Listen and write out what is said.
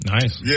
Nice